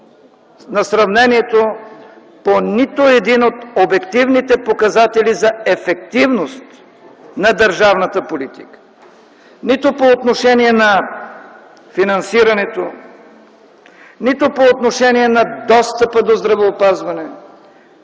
на сравнението по нито един от обективните показатели за ефективност на държавната политика – нито по отношение на финансирането, нито по отношение на достъпа до здравеопазване.